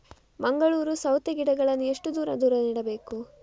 ಮಂಗಳೂರು ಸೌತೆ ಗಿಡಗಳನ್ನು ಎಷ್ಟು ದೂರ ದೂರ ನೆಡಬೇಕು?